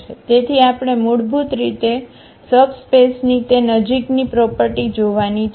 તેથી આપણે મૂળભૂત રીતે સબસ્પેસની તે નજીકની પ્રોપર્ટી જોવાની છે